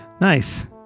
Nice